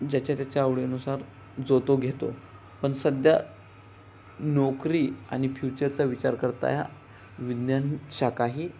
ज्याच्या त्याच्या आवडीनुसार जो तो घेतो पण सध्या नोकरी आणि फ्युचरचा विचार करता ह्या विज्ञान शाखाही